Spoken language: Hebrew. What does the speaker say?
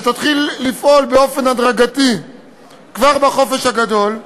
שתתחיל לפעול באופן הדרגתי כבר בחופש הגדול.